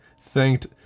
thanked